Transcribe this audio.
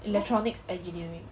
electronics electrical